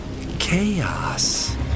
Chaos